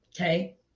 Okay